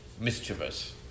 mischievous